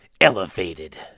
elevated